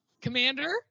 Commander